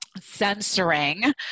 censoring